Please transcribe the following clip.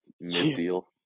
mid-deal